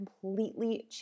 completely